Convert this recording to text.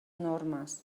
normes